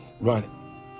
run